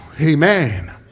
Amen